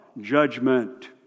judgment